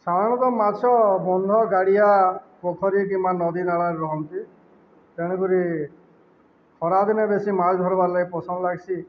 ସାଧାରଣତଃ ମାଛ ବନ୍ଧ ଗାଡ଼ିଆ ପୋଖରୀ କିମ୍ବା ନଦୀ ନାଳରେ ରୁହନ୍ତି ତେଣୁକରି ଖରାଦିନେ ବେଶି ମାଛ୍ ଧର୍ବାର୍ ଲାଗି ପସନ୍ଦ୍ ଲାଗ୍ସି